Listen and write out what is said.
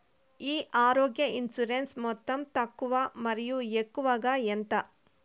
ఈ ఆరోగ్య ఇన్సూరెన్సు మొత్తం తక్కువ మరియు ఎక్కువగా ఎంత?